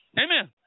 Amen